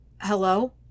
Hello